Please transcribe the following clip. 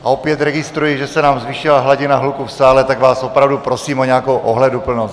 Opět registruji, že se nám zvýšila hladina hluku v sále, tak vás opravdu prosím o nějakou ohleduplnost.